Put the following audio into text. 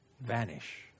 vanish